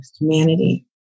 humanity